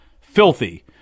filthy